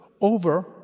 over